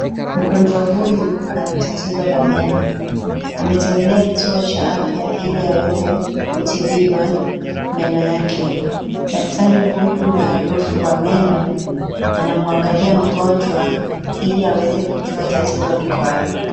Mgonjwa huyu ana tatizo la meno, ametembelea kituo cha afya ili aweze kutibiwa meno yake. Daktari huyu maarufu wa meno anamuangalia mgonjwa ili aweze kujua tatizo liko wapi.